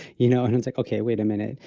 you know? and it's like, okay, wait a minute,